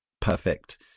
perfect